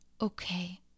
okay